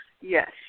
yes